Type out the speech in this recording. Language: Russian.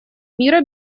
мира